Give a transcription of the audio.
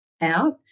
out